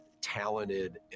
talented